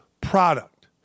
product